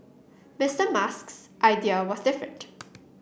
Mister Musk's idea was different